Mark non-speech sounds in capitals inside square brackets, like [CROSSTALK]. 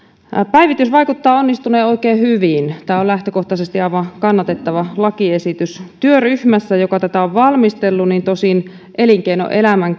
päivitys vaikuttaa onnistuneen oikein hyvin tämä on lähtökohtaisesti aivan kannatettava lakiesitys tosin työryhmässä joka tätä on valmistellut elinkeinoelämän [UNINTELLIGIBLE]